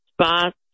spots